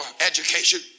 education